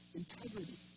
integrity